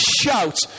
shout